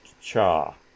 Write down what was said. cha